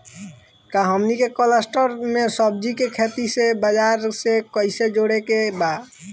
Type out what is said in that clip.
का हमनी के कलस्टर में सब्जी के खेती से बाजार से कैसे जोड़ें के बा?